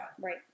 Right